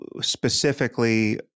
specifically